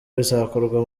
bizakorwa